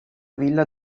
villa